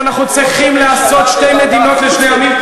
איך אנחנו צריכים לעשות שתי מדינות לשני עמים.